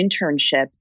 internships